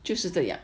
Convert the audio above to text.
就是这样